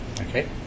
Okay